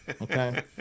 Okay